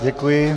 Děkuji.